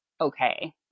okay